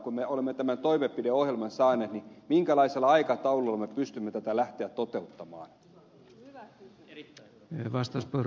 kun me olemme tämän toimenpideohjelman saaneet niin minkälaisella aikataululla me pystymme lähtemään tätä toteuttamaan